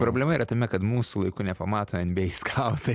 problema yra tame kad mūsų laiku nepamato nba skautai